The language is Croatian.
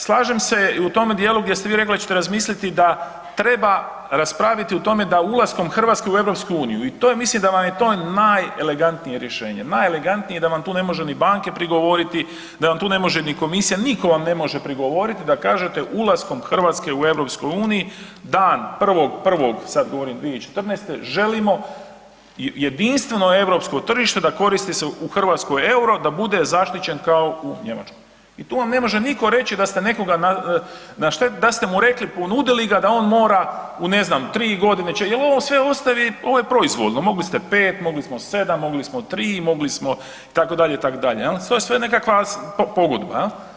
Slažem se u tom dijelu gdje ste vi rekli da ćete razmisliti da treba raspraviti o tome da ulaskom Hrvatske u EU i to mislim da vam je to najelegantnije rješenje, najelegantnije i da vam tu ne može ni banke prigovoriti, da vam tu ne može ni komisija, niko vam ne može prigovoriti da kažete ulaskom Hrvatske u EU dan 1.1., sad govorim 2014. želimo jedinstveno europsko tržišta da se koristi u Hrvatskoj euro, da bude zaštićen kao u Njemačkoj i tu vam ne može niko reći da ste mu rekli, ponudili ga da on mora u ne znam tri godine će, jel … sve ostavi ovo je proizvoljno mogli ste pet, mogli smo sedam, mogli smo tri, mogli smo itd., itd. jel sve je nekakva pogodba.